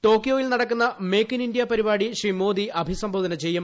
ടോക്കിയോയിൽ നടക്കുന്ന make in India പരിപാടി ശ്രീ മോദി അഭിസംബോധന ചെയ്യും